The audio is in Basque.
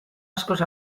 askoz